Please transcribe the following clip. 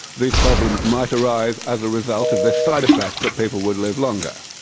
these problems might arrive as a result of the side effect that people would live longer.